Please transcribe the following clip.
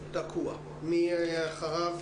אשמח לחדש